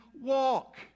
walk